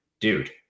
dude